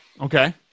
Okay